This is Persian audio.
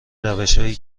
روشهایی